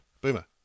Boomer